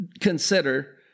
consider